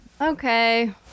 Okay